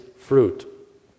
fruit